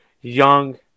young